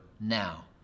now